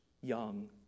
young